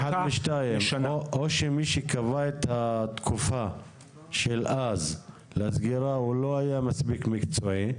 אחת משתיים: או שמי שקבע את התקופה של אז לסגירה לא היה מספיק מקצועי,